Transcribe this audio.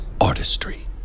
artistry